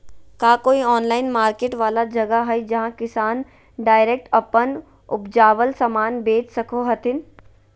का कोई online market वाला जगह हइ जहां किसान डायरेक्ट अप्पन उपजावल समान बेच सको हथीन?